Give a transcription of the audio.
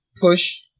Push